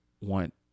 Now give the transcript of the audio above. want